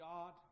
God